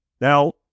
Now